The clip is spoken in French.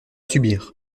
subir